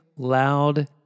loud